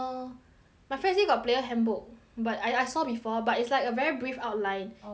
my friend say got player handbook but I I saw before but it's like a very brief outline oh is like how say